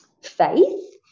faith